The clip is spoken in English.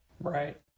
Right